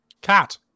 Cat